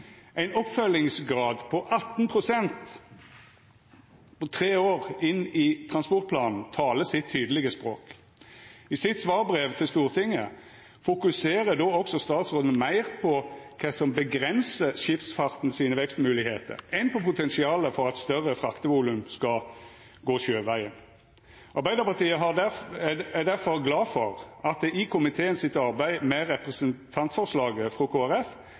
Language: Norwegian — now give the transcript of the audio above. Ein oppfølgingsgrad på 18 pst. tre år inn i transportplanen taler sitt tydelege språk. I svarbrevet til Stortinget fokuserer då også statsråden meir på kva som avgrensar vekstmoglegheitene til skipsfarten, enn på potensialet for at større fraktevolum skal gå sjøvegen. Arbeidarpartiet er difor glad for at det i komitéarbeidet med representantforslaget frå